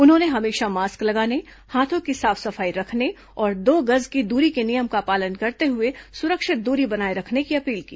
उन्होंने हमेशा मास्क लगाने हाथों की साफ सफाई रखने और दो गज की दूरी के नियम का पालन करते हुए सुरक्षित दूरी बनाए रखने की अपील की